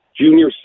Junior